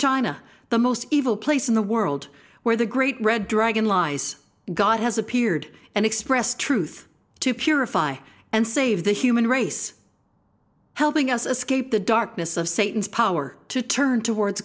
china the most evil place in the world where the great red dragon lies god has appeared and expressed truth to purify and save the human race helping us escape the darkness of satan's power to turn towards